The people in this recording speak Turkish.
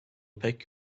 pek